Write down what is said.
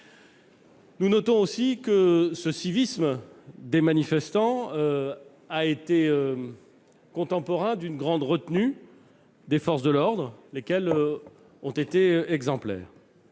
Nous notons aussi que ce civisme des manifestants s'est accompagné d'une grande retenue des forces de l'ordre, lesquelles ont été exemplaires.